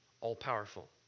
all-powerful